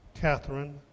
Catherine